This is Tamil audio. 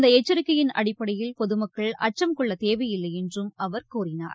இந்த எச்சரிக்கையின் அடிப்படையில் பொதுமக்கள் அச்சம் கொள்ளத்தேவையில்லை என்றும் அவர் கூறினார்